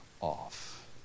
off